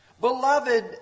Beloved